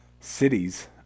Cities